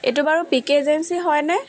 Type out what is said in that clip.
এইটো বাৰু P K agency হয়নে